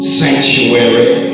sanctuary